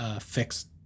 fixed